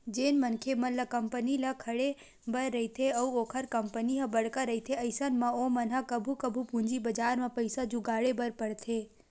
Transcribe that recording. जेन मनखे मन ल कंपनी ल खड़े बर रहिथे अउ ओखर कंपनी ह बड़का रहिथे अइसन म ओमन ह कभू कभू पूंजी बजार म पइसा जुगाड़े बर परथे